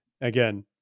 again